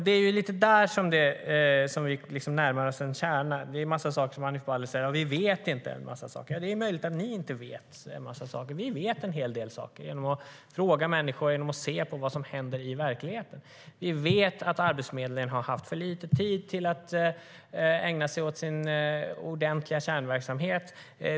Det är där vi närmar oss en kärna. Hanif Bali säger hela tiden att de inte vet. Det är möjligt att ni inte vet en massa saker, men vi vet en hel del saker genom att fråga människor och se på vad som händer i verkligheten. Vi vet att Arbetsförmedlingen har haft för lite tid till att ägna sig åt sin riktiga kärnverksamhet.